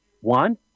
one